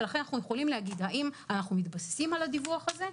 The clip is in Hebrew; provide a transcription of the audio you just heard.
לכן אנחנו יכולים להגיד האם אנחנו מתבססים על הדיווח הזה,